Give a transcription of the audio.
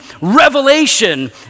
revelation